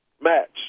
Match